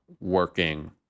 working